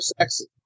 sexy